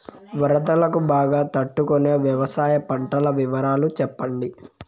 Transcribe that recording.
వరదలకు బాగా తట్టు కొనే వ్యవసాయ పంటల వివరాలు చెప్పండి?